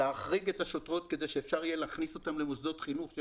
להחריג את השוטרות כדי שאפשר יהיה להכניס אותן למוסדות חינוך.